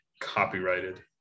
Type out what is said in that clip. copyrighted